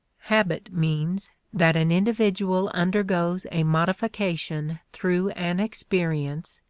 habit means that an individual undergoes a modification through an experience,